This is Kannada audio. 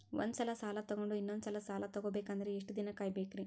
ಒಂದ್ಸಲ ಸಾಲ ತಗೊಂಡು ಇನ್ನೊಂದ್ ಸಲ ಸಾಲ ತಗೊಬೇಕಂದ್ರೆ ಎಷ್ಟ್ ದಿನ ಕಾಯ್ಬೇಕ್ರಿ?